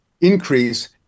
increase